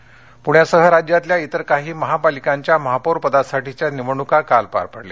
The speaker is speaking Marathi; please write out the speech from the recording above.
महापौरपद निवडणका पुण्यासह राज्यातल्या इतर काही महापालिकांच्या महापौरपदासाठीच्या निवडणुका काल पार पडल्या